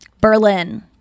Berlin